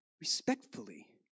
respectfully